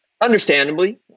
Understandably